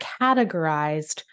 categorized